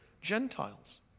Gentiles